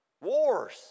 Wars